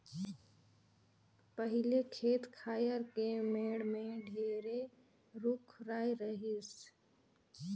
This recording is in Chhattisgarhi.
पहिले खेत खायर के मेड़ में ढेरे रूख राई रहिस